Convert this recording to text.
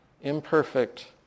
imperfect